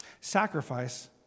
Sacrifice